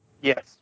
yes